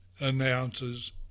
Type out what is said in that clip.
announces